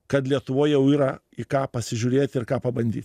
kad lietuvoj jau yra į ką pasižiūrėti ir ką pabandyt